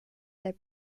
their